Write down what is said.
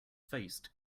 faced